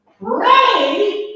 pray